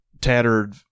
tattered